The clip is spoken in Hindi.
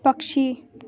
पक्षी